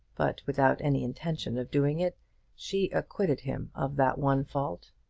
but without any intention of doing it she acquitted him of that one fault.